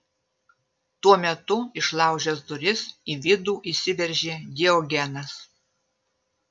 tuo metu išlaužęs duris į vidų įsiveržė diogenas